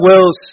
wills